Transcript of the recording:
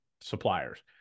suppliers